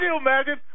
imagine